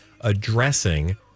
addressing